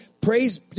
Praise